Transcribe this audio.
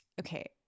okay